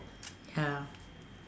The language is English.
ya